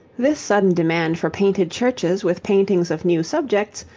this sudden demand for painted churches with paintings of new subjects,